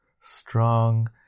strong